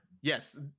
yes